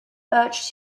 urged